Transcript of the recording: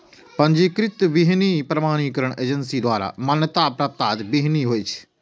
पंजीकृत बीहनि प्रमाणीकरण एजेंसी द्वारा मान्यता प्राप्त बीहनि होइ छै